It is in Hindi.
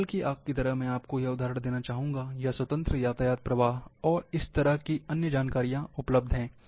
जंगल की आग की तरह मैं आपको यह उदाहरण देना चाहूँगा या स्वतंत्र यातायात प्रवाह और इस तरह की अन्य जानकारियाँ उपलब्ध हैं